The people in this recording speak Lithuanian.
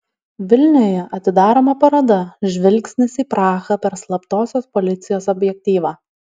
vilniuje atidaroma paroda žvilgsnis į prahą per slaptosios policijos objektyvą